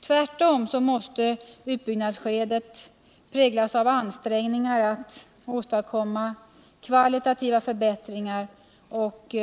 Tvärtom måste utbyggnadsskedet präglas av ansträngningar att åstadkomma kvalitativa förbättringar, och